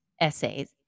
essays